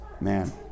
man